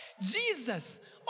Jesus